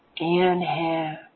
Inhale